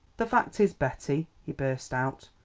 the fact is, betty, he burst out,